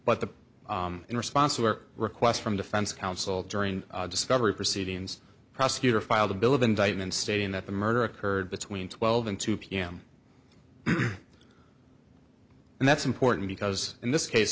but the in response were requests from defense counsel during discovery proceedings prosecutor filed a bill of indictment stating that the murder occurred between twelve and two pm and that's important because in this case